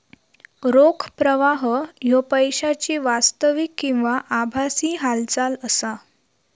रोख प्रवाह ह्यो पैशाची वास्तविक किंवा आभासी हालचाल असा